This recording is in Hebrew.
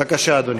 בבקשה, אדוני.